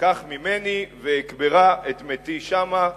קח ממני ואקברה את מתי שמה".